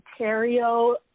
Ontario